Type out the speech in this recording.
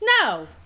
No